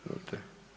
Izvolite.